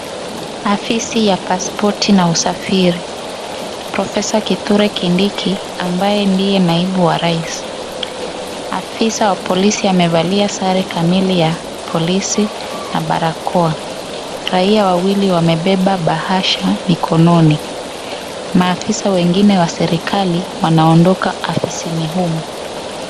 Afisi ya pasipoti na usafiri, Professor Kitule Kindiki ambaye ndiye naibu wa rais, afisa wa polisi amevalia sare kamili ya polisi na barakoa, raia wawili wamebeba bahasha mikononi, maafisa wengine wa serikali wanaondoka ofisini humu .